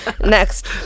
next